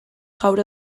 gaur